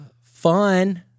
fun